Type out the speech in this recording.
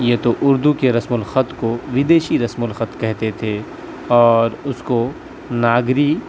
یہ تو اردو کے رسم الخط کو ودیشی رسم الخط کہتے تھے اور اس کو ناگری